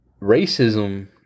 Racism